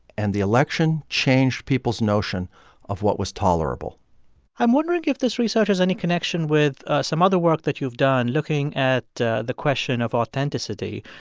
and the election changed people's notion of what was tolerable i'm wondering if this research has any connection with some other work that you've done looking at the the question of authenticity.